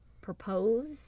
propose